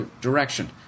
direction